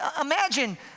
imagine